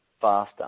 faster